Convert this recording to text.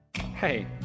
Hey